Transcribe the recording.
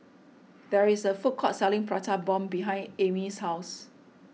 there is a food court selling Prata Bomb behind Amie's house